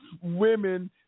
women